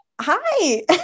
hi